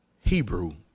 Hebrew